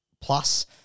plus